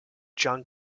john